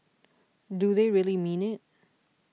do they really mean it